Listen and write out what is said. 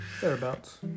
thereabouts